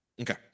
Okay